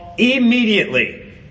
Immediately